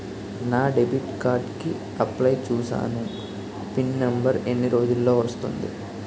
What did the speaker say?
నా debit card కి apply చూసాను పిన్ నంబర్ ఎన్ని రోజుల్లో వస్తుంది?